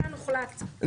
כאן הוחלט לפצל.